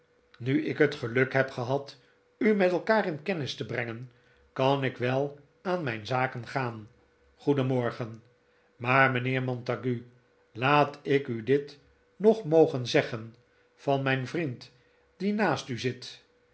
nu ik het geluk heb gehad u met elkaar in kennis te brengen kan ik wel aan mijn zaken gaan goedenmorgen maar mijnheer montague laat'ik u dit nog mogen zeggen van mijn vriend die naast u zit